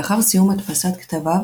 לאחר סיום הדפסת כתביו